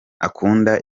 akunda